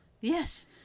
Yes